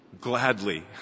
gladly